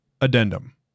Addendum